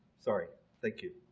sorry thank you